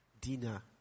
Dinner